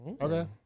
Okay